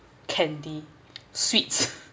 candy sweets